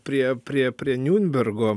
prie prie prie niurnbergo